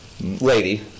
lady